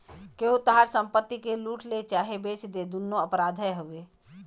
केहू तोहार संपत्ति के लूट ले चाहे बेच दे दुन्नो अपराधे हउवे